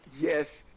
Yes